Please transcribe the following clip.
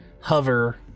hover